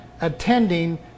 attending